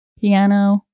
Piano